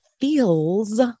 feels